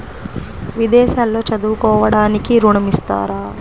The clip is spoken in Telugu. విదేశాల్లో చదువుకోవడానికి ఋణం ఇస్తారా?